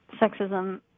sexism